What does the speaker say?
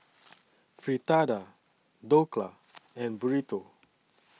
Fritada Dhokla and Burrito